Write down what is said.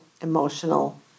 emotional